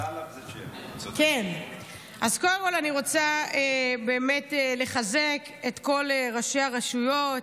קודם כול, אני רוצה לחזק את כל ראשי הרשויות,